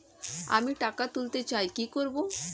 আমি টাকা তুলতে চাই কি করব?